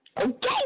Okay